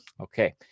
Okay